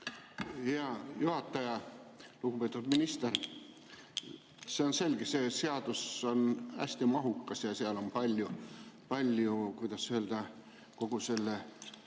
Hea juhataja! Lugupeetud minister! See on selge, et see seadus on hästi mahukas ja seal on palju-palju, kuidas öelda, kogu selle